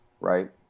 right